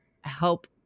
help